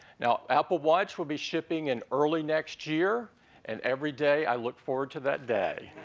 now, apple watch will be shipping in early next year and every day i look forward to that day.